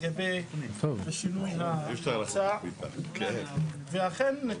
לגבי השינוי המוצע, ואכן,